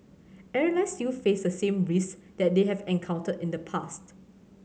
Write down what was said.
airlines still face the same risk that they have encountered in the past